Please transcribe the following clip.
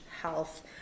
health